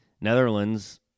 Netherlands